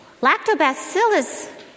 Lactobacillus